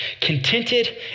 contented